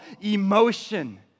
emotion